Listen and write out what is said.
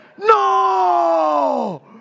no